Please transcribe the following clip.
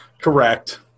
Correct